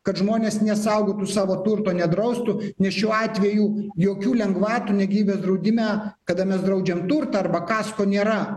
kad žmonės nesaugotų savo turto nedraustų nes šiuo atveju jokių lengvatų ne gyvybės draudime kada mes draudžiam turtą arba kasko nėra